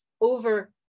over